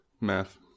Math